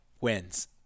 wins